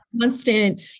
constant